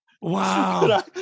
Wow